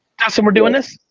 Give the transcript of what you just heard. dustin we're doing this?